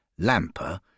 Lamper